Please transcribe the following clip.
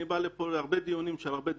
אני בא לפה להרבה דיונים על הרבה דברים.